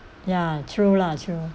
ya true lah true